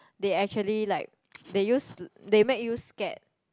they actually like they use they make you scared